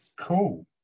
cool